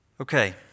Okay